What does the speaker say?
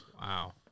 Wow